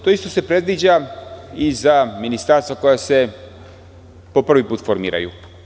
To isto se predviđa i za ministarstva koja se po prvi put formiraju.